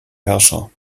herrscher